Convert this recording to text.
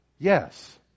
Yes